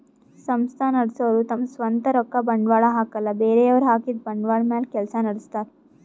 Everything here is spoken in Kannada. ಸಂಸ್ಥಾ ನಡಸೋರು ತಮ್ ಸ್ವಂತ್ ರೊಕ್ಕ ಬಂಡ್ವಾಳ್ ಹಾಕಲ್ಲ ಬೇರೆಯವ್ರ್ ಹಾಕಿದ್ದ ಬಂಡ್ವಾಳ್ ಮ್ಯಾಲ್ ಕೆಲ್ಸ ನಡಸ್ತಾರ್